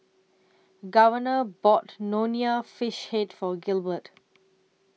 Governor bought Nonya Fish Head For Gilbert